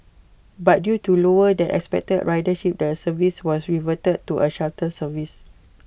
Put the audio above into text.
but due to lower than expected ridership the service was reverted to A shuttle service